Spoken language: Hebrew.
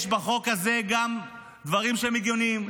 יש בחוק הזה גם דברים שהם הגיוניים.